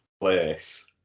place